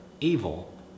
evil